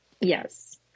Yes